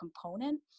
component